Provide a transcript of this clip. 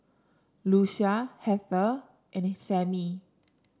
Lucia Heather and Samie